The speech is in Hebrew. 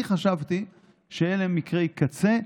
אני חשבתי שאלה מקרי קצה,